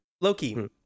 Loki